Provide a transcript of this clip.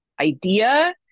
idea